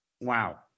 Wow